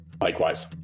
Likewise